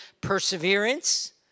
perseverance